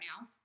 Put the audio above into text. now